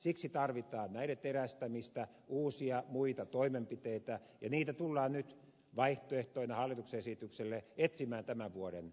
siksi tarvitaan näiden terästämistä uusia muita toimenpiteitä ja niitä tullaan nyt vaihtoehtoina hallituksen esitykselle etsimään tämän vuoden aikana